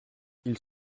ils